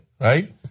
right